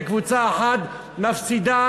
וקבוצה אחת מפסידה,